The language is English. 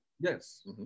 Yes